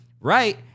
right